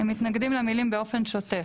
הם מתנגדים למילים "באופן שוטף".